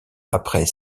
après